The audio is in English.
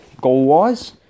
goal-wise